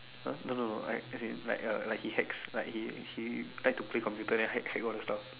!huh! no no no like as in like like he hacks like he he like to play computer than hack hack all the stuff